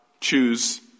choose